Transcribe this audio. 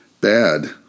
Bad